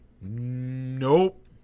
Nope